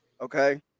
okay